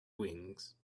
wings